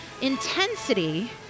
intensity